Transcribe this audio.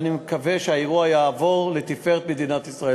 ואני מקווה שהאירוע יעבור לתפארת מדינת ישראל.